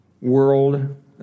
world